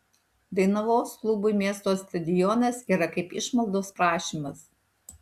dainavos klubui miesto stadionas yra kaip išmaldos prašymas